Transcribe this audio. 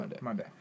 Monday